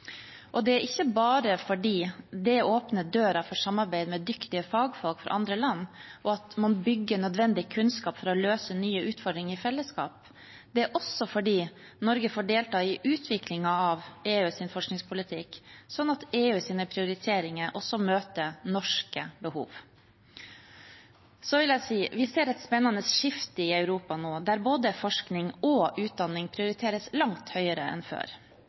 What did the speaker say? Det er ikke bare fordi det åpner døren for samarbeid med dyktige fagfolk fra andre land, og at man bygger nødvendig kunnskap for å løse nye utfordringer i fellesskap, det er også fordi Norge får delta i utviklingen av EUs forskningspolitikk sånn at EUs prioriteringer også møter norske behov. Så vil jeg si: Vi ser et spennende skifte i Europa nå, der både forskning og utdanning prioriteres langt høyere enn før.